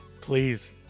please